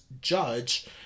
judge